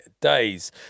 Days